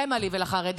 זה מה לי ולחרדים,